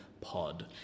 Pod